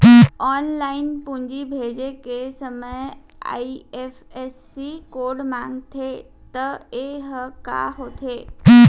Online पूंजी भेजे के समय आई.एफ.एस.सी कोड माँगथे त ये ह का होथे?